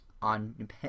On